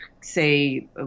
say